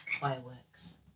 fireworks